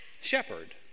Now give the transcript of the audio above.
shepherd